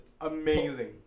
amazing